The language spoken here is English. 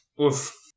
Oof